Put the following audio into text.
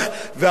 בעזרת השם,